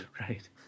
Right